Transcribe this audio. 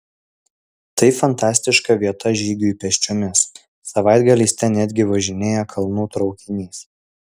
tai fantastiška vieta žygiui pėsčiomis savaitgaliais ten netgi važinėja kalnų traukinys